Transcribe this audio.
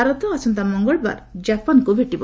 ଭାରତ ଆସନ୍ତା ମଙ୍ଗଳବାର ଜାପାନ୍କୁ ଭେଟିବ